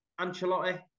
Ancelotti